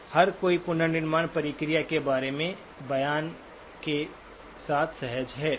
तो हर कोई पुनर्निर्माण प्रक्रिया के बारे में बयान के साथ सहज है